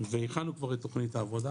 והכנו כבר את תכנית ה עבודה,